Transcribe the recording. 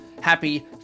Happy